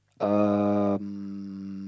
um